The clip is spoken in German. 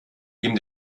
ihm